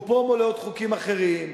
הוא פרומו לעוד חוקים אחרים,